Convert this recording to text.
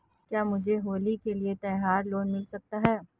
क्या मुझे होली के लिए त्यौहार लोंन मिल सकता है?